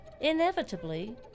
Inevitably